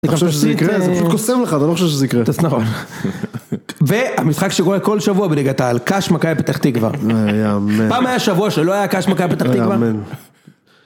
אתה חושב שזה יקרה? זה פשוט קוסם לך, אתה לא חושב שזה יקרה. נכון. והמשחק שקורה כל שבוע בליגת-העל ק"ש מכבי פתח-תקווה. לא יאמן. פעם היה שבוע שלא היה ק"ש מכבי פתח-תקווה? לא יאמן.